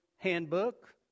handbook